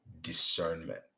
discernment